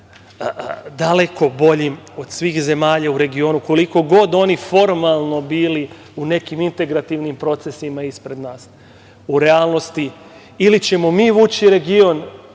daleko boljim od svih zemalja u regionu, koliko god oni formalno bili u nekim integrativnim procesima ispred nas. U realnosti ili ćemo mi vući region